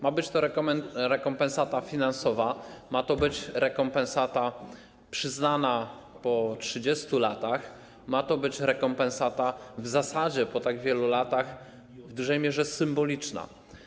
Ma być to rekompensata finansowa, ma to być rekompensata przyznana po 30 latach, ma to być rekompensata w zasadzie po tak wielu latach w dużej mierze symboliczna.